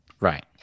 Right